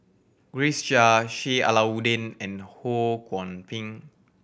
Grace Chia Sheik Alau'ddin and Ho Kwon Ping